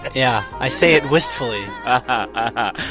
yeah. i say it wistfully ah